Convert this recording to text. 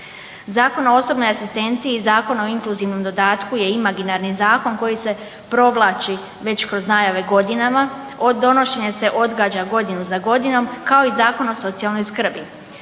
Zakon o osobnoj asistenciji, Zakon o inkluzivnom dodatku je imaginarni zakon koji se provlači već kroz najave godinama. Donošenje se odgađa godinu za godinom kao i Zakon o socijalnoj skrbi.